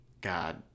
God